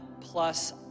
plus